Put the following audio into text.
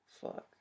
Fuck